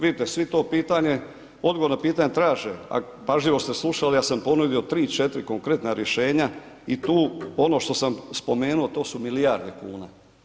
Vidite svi to pitanje, odgovor na pitanje traže a pažljivo ste slušali, ja sam ponudio 3, 4 konkretna rješenja i tu ono što sam spomenuo, to su milijarde kuna.